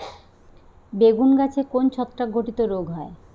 বেগুন গাছে কোন ছত্রাক ঘটিত রোগ হয়?